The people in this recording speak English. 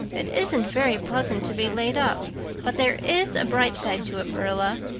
it isn't very pleasant to be laid up but there is a bright side to it, marilla.